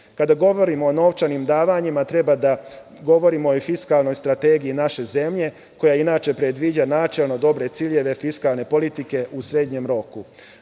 govorimo o novčanim davanjima treba da govorimo i o fiskalnoj strategiji naše zemlje koja inače predviđa načelno dobre ciljeve fiskalne politike u srednjem roku.